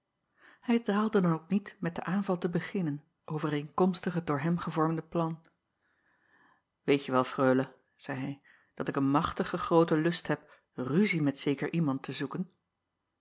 ij draalde dan ook niet met den aanval te beginnen overeenkomstig het door hem gevormde plan eet je wel reule zeî hij dat ik een machtige groote lust heb ruzie met zeker iemand te zoeken